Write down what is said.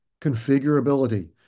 configurability